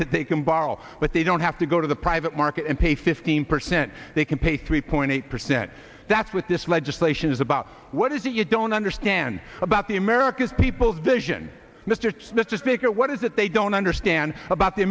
that they can borrow but they don't have to go to the private market and pay fifteen percent they can pay three point eight percent that's with this legislation is about what is it you don't understand about the americas people vision mr smith just make it what is it they don't understand about the